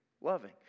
loving